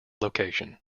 location